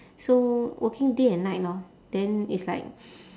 so working day and night lor then it's like